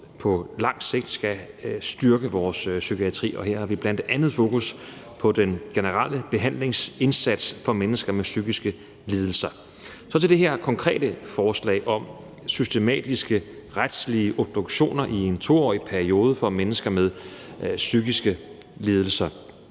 på lang sigt skal styrke vores psykiatri, og her har vi bl.a. fokus på den generelle behandlingsindsats for mennesker med psykiske lidelser. Det her konkrete forslag om systematiske retslige obduktioner i en 2-årig periode for mennesker med psykiske lidelser